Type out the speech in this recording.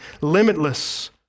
limitless